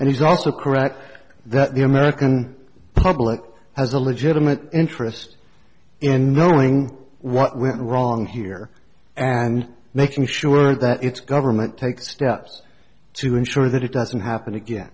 and he's also correct that the american public has a legitimate interest in knowing what went wrong here and making sure that its government takes steps to ensure that it doesn't happen again